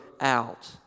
out